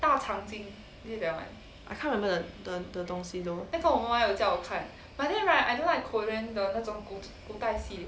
I can't remember the the 东西 though